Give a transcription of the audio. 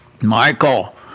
Michael